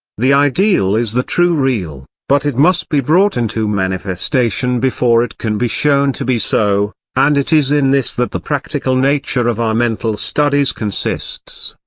the ideal is the true real, but it must be brought into manifestation before it can be shown to be so, and it is in this that the practical nature of our mental studies consists.